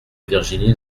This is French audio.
virginie